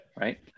Right